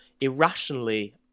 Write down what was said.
irrationally